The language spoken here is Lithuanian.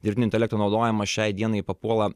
dirbtinio intelekto naudojimas šiai dienai papuola